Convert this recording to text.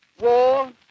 war